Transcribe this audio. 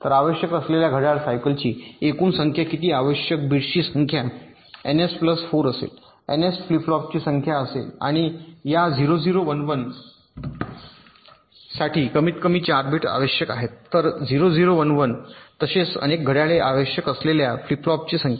तर आवश्यक असलेल्या घड्याळ सायकलची एकूण संख्या किंवा आवश्यक बिटची संख्या एनएस प्लस 4 असेल एनएस फ्लिप फ्लॉपची संख्या असेल आणि या 0 0 1 1 साठी कमीतकमी 4 बिट्स आवश्यक आहेत तर 0 0 1 1 तसेच अनेक घड्याळे आवश्यक असलेल्या फ्लिप फ्लॉपची संख्या